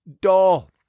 doll